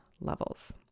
levels